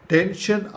Tension